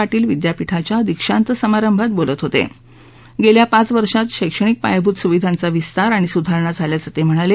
पाटील विद्यापीठाच्या दीक्षांत समारंभात बोलत होत उंखिा पाच वर्षांत शैक्षणिक पायाभूत सुविधांचा विस्तार आणि सुधारणा झाल्याचं त म्हणाल